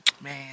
man